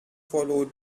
followed